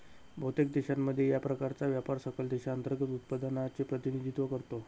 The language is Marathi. बहुतेक देशांमध्ये, या प्रकारचा व्यापार सकल देशांतर्गत उत्पादनाचे प्रतिनिधित्व करतो